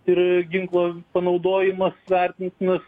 ir ginklo panaudojimas vertintinas